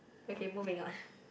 okay moving on